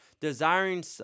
desiring